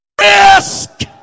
risk